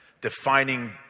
defining